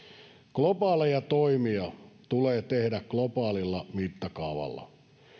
globaaleja toimia tulee tehdä globaalilla mittakaavalla